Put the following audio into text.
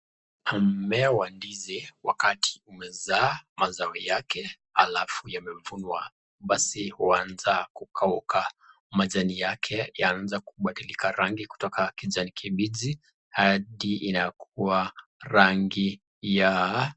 Mimea wa ndizi wakati umezaa mazoa yake alafu yamevunwa, basi huanza kukauka, majani yake yaanza kubadilika rangi kutoka kijani kibichi hadi inakuwa rangi ya